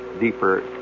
deeper